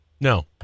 No